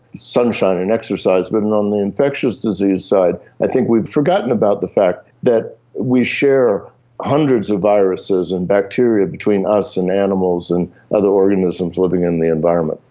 sunshine and exercise. but on um the infectious disease side i think we've forgotten about the fact that we share hundreds of viruses and bacteria between us and animals and other organisms living in the environment.